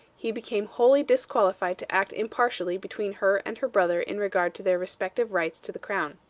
he became wholly disqualified to act impartially between her and her brother in regard to their respective rights to the crown.